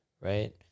Right